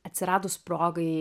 atsiradus progai